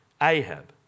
Ahab